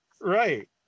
right